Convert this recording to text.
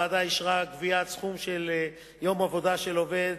הוועדה אישרה גביית סכום של יום עבודה של עובד,